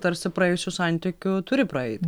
tarsi praėjusių santykių turi praeit